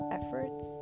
efforts